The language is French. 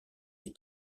les